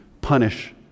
punish